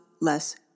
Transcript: less